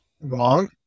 wrong